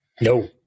No